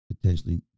potentially